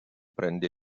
prende